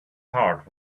heart